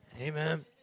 Amen